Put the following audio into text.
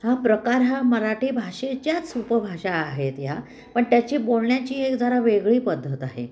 हा प्रकार हा मराठी भाषेच्याच उपभाषा आहेत ह्या पण त्याची बोलण्याची एक जरा वेगळी पद्धत आहे